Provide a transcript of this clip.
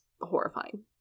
horrifying